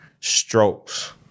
strokes